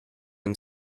and